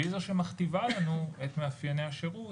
והיא זו שמכתיבה לנו את מאפייני השירות